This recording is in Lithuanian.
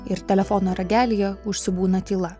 ir telefono ragelyje užsibūna tyla